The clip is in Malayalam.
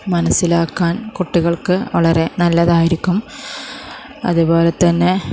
മനസ്സിലാക്കാൻ കുട്ടികൾക്ക് വളരെ നല്ലതായിരിക്കും അതുപോലെ തന്നെ